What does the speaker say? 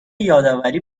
یادآوری